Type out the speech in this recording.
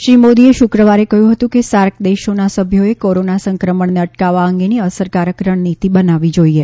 શ્રી મોદીએ શુક્રવારે કહ્યું હતું કે સાર્ક દેશોના સભ્યોએ કોરોના સંક્રમણને અટકાવવા અંગેની અસરકારક રણનીતિ બનાવવી જોઈએ